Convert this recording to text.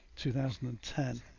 2010